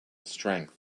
strength